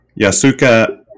Yasuka